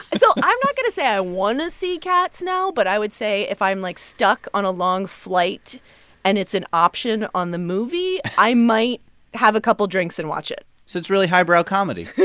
i'm so i'm not going to say i want to see cats now, but i would say if i'm, like, stuck on a long flight and it's an option on the movie, i might have a couple drinks and watch it so it's really highbrow comedy